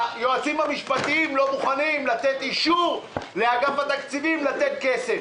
היועצים המשפטיים לא מוכנים לתת אישור לאגף התקציבים לתת כסף.